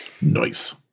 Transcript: Nice